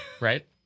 right